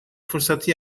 fırsatı